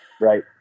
Right